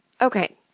okay